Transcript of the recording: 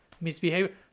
misbehavior